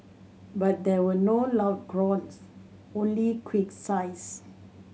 but there were no loud groans only quick sighs